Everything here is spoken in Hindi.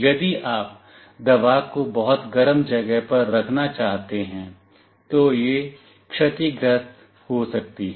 यदि आप दवा को बहुत गर्म जगह पर रखना चाहते हैं तो यह क्षतिग्रस्त हो सकती है